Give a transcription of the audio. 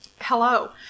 Hello